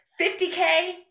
50K